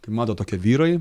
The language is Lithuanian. kaip matot tokie vyrai